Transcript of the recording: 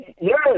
Yes